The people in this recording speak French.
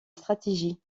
stratégie